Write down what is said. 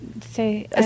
say